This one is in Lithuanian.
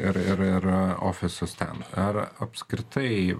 ir ir ir ofisus ten ar apskritai